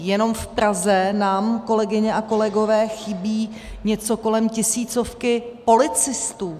Jenom v Praze nám, kolegyně a kolegové, chybí něco kolem tisícovky policistů.